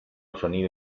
sonido